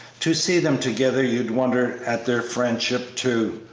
to see them together you'd wonder at their friendship, too,